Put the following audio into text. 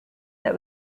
that